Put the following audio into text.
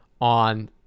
on